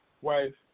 wife